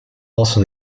also